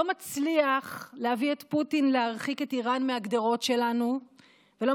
מצליח להביא את פוטין להרחיק את איראן מהגדרות שלנו ולא